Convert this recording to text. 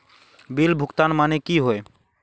Bill भुगतान माने की होय?